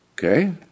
Okay